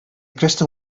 crystal